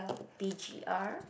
B_G_R